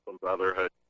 Brotherhood